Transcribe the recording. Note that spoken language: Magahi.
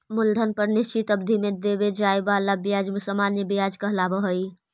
मूलधन पर निश्चित अवधि में देवे जाए वाला ब्याज सामान्य व्याज कहलावऽ हई